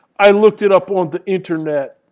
i looked it up on the internet.